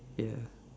yeah